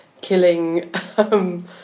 killing